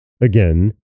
Again